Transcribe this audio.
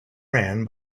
ran